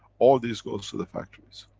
all these goes to the factories.